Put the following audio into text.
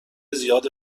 زیاد